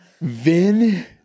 Vin